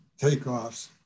takeoffs